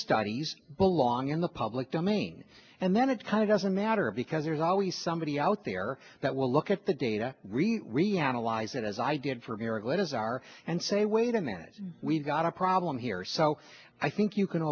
studies belong in the public domain and then it's kind of doesn't matter because there's always somebody out there that will look at the data really reanalyzed it as i did for erik what is are and say wait a minute we've got a problem here so i think you can